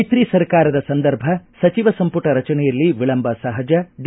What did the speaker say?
ಮೈತ್ರಿ ಸರ್ಕಾರದ ಸಂದರ್ಭ ಸಚಿವ ಸಂಪುಟ ರಚನೆಯಲ್ಲಿ ವಿಳಂಬ ಸಹಜ ಡಿ